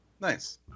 Nice